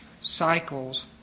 cycles